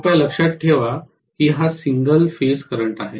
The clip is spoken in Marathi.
कृपया लक्षात ठेवा की हा सिंगल फेज करंट आहे